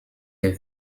der